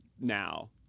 now